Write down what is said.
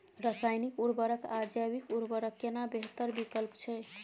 रसायनिक उर्वरक आ जैविक उर्वरक केना बेहतर विकल्प छै?